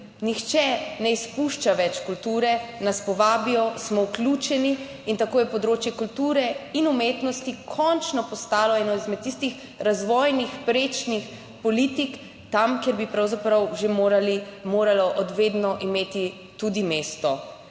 Nihče ne izpušča več kulture, nas povabijo, smo vključeni in tako je področje kulture in umetnosti končno postalo eno izmed tistih razvojnih prečnih politik tam kjer bi pravzaprav že moralo vedno imeti tudi mesto.